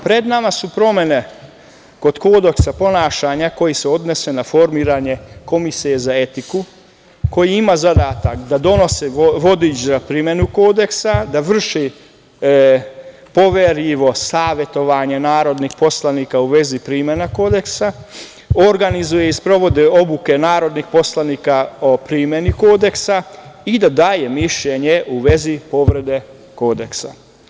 Pred nama su promene kod kodeksa ponašanja, koji se odnosi na formiranje komisije za etiku koja ima zadatak da donosi vodič za primenu kodeksa, da vrši poverljivo savetovanje narodnih poslanika u vezi primene kodeksa, organizuje i sprovodi obuke narodnih poslanika o primeni kodeksa i da daje mišljenje u vezi povrede kodeksa.